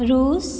Russia